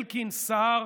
אלקין, סער,